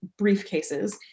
briefcases